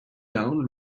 down